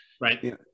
Right